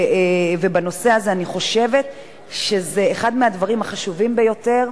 ובנושא הזה אני חושבת שזה אחד מהדברים החשובים ביותר.